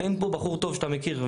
אין פה בחור טוב שאתה מכיר,